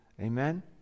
amen